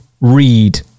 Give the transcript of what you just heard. read